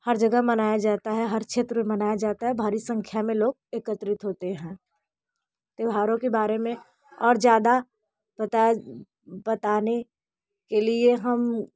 हर जगह मनाया जाता है हर क्षेत्र में मनाया जाता है भारी संख्या में लोग एकत्रित होते हैं त्योहारों के बारे में और ज़्यादा बताने के लिए हम